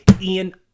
Ian